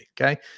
Okay